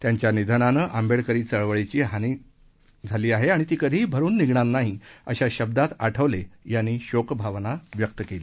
त्यांच्या निधनानं आंबेडकरी चळवळीची झालेली हानी कधीही भरून निघणार नाही अशा शब्दात आठवले यांनी शोकभावना व्यक्त केली